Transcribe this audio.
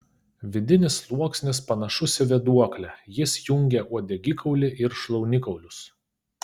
vidinis sluoksnis panašus į vėduoklę jis jungia uodegikaulį ir šlaunikaulius